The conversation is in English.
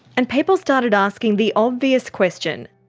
and people started asking the obvious question